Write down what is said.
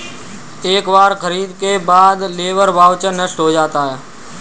एक बार खरीद के बाद लेबर वाउचर नष्ट हो जाता है